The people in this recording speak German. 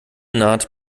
naht